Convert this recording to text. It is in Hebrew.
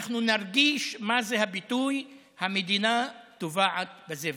אנחנו נרגיש מה זה הביטוי "המדינה טובעת בזבל".